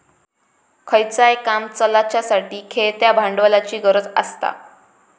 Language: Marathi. खयचाय काम चलाच्यासाठी खेळत्या भांडवलाची गरज आसता